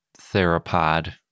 theropod